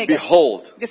behold